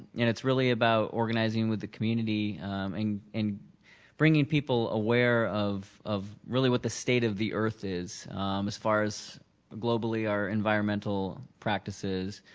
and it's really about organizing with the community and bringing people aware of of really what the state of the earth is as far as globally our environmental practices,